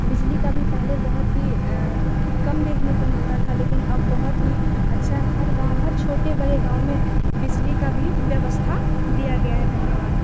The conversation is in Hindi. बिजली का भी पहले बहुत ही कम देखने को मिलता था लेकिन अब बहुत ही अच्छा हर गाँव हर छोटे बड़े गाँव में बिजली का भी व्यवस्था दिया गया है धन्यवाद